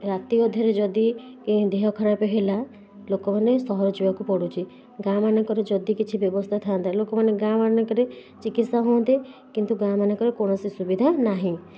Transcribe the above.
ରାତିଅଧରେ ଯଦି ଦେହ ଖରାପ ହେଲା ଲୋକମାନେ ସହର ଯିବାକୁ ପଡ଼ୁଛି ଗାଁମାନଙ୍କରେ ଯଦି କିଛି ବ୍ୟବସ୍ଥା ଥାଆନ୍ତା ଲୋକମାନେ ଗାଁମାନଙ୍କରେ ଚିକିତ୍ସା ହୁଅନ୍ତେ କିନ୍ତୁ ଗାଁମାନଙ୍କରେ କୌଣସି ସୁବିଧା ନାହିଁ